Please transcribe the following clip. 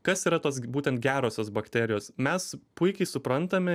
kas yra tos būtent gerosios bakterijos mes puikiai suprantame